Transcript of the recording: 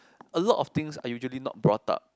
a lot of things are usually not brought up